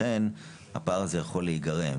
לכן הפער הזה יכול להיגרם.